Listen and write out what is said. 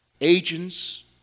agents